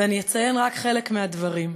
ואני אציין רק חלק מהדברים.